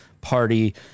party